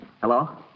Hello